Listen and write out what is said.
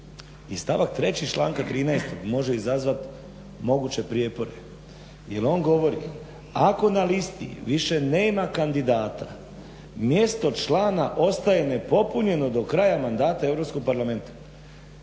i stavak 3. članka 13. može izazvati moguće prijepore, jer on govori ako na listi više nema kandidata mjesto člana ostaje nepopunjeno do kraja mandata Europskog parlamenta.